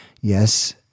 yes